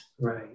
right